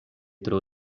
tro